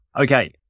Okay